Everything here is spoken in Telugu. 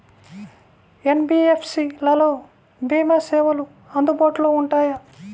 ఎన్.బీ.ఎఫ్.సి లలో భీమా సేవలు అందుబాటులో ఉంటాయా?